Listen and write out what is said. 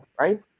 right